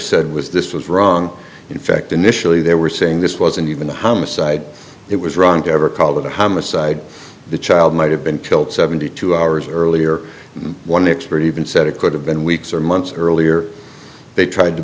said was this was wrong in fact initially they were saying this wasn't even a homicide it was wrong to ever call it a homicide the child might have been killed seventy two hours earlier and one expert even said it could have been weeks or months earlier they tried to